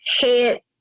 head